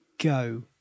go